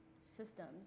systems